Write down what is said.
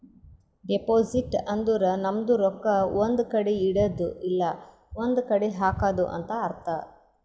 deposit ಅಂದುರ್ ನಮ್ದು ರೊಕ್ಕಾ ಒಂದ್ ಕಡಿ ಇಡದ್ದು ಇಲ್ಲಾ ಒಂದ್ ಕಡಿ ಹಾಕದು ಅಂತ್ ಅರ್ಥ